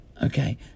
Okay